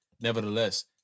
nevertheless